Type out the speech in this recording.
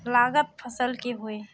लागत फसल की होय?